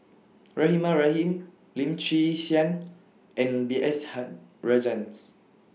Rahimah Rahim Lim Chwee Chian and B S hug Rajhans